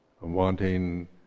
wanting